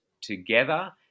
together